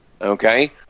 Okay